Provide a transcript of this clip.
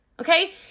okay